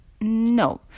No